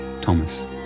Thomas